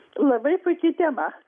labai puiki tema